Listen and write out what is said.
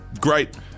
great